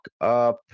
up